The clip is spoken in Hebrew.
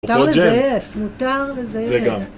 מותר לזייף, מותר לזייף.